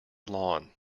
lawn